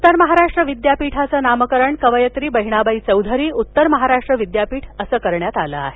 उत्तर महाराष्ट्र विद्यापीठाचं नामकरण कवयित्री बहिणाबाई चौधरी उत्तर महाराष्ट्र विद्यापीठ करण्यात आलं आहे